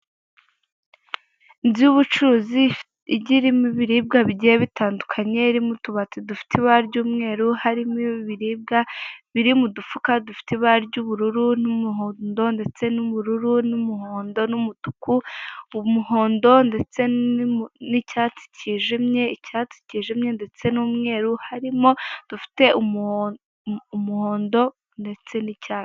Inzu y'ubucuruzi igiye irimo ibiribwa bigiye bitandukanye irimo utubati dufite ibara ry'umweru harimo ibiribwa biri mu dufuka dufite ibara ry'ubururu n'umuhondo, ndetse n'ubururu n'umuhondo n'umutuku, umuhondo ndetse n'icyatsi kijimye, icyatsi kijimye ndetse n'umweru harimo udufite umuhondo ndetse n'icyatsi.